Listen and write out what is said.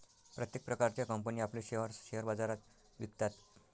प्रत्येक प्रकारच्या कंपनी आपले शेअर्स शेअर बाजारात विकतात